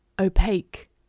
opaque